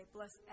Bless